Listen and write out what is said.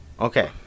Okay